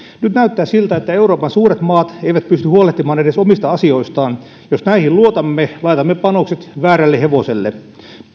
nyt näyttää siltä että euroopan suuret maat eivät pysty huolehtimaan edes omista asioistaan jos näihin luotamme laitamme panokset väärälle hevoselle